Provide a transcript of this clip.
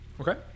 Okay